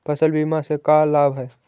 फसल बीमा से का लाभ है?